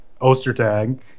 Ostertag